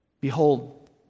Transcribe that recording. Behold